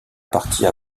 partie